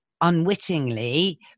Unwittingly